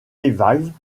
valves